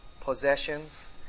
possessions